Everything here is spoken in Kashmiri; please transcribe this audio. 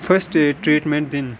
فٕسٹ ایڈ ٹرٛیٖٹمٮ۪نٛٹ دِنۍ